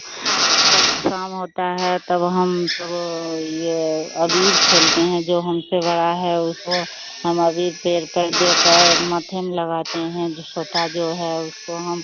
जब शाम होता है तब हम सब यह अबीर खेलते हैं जो हमसे बड़ा है उसको हम अबीर पेड़ पर देकर माथे में लगाते हैं जो सोटा जो है उसको हम